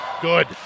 good